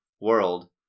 world